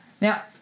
Now